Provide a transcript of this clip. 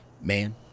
Man